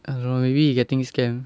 I don't know maybe he getting scammed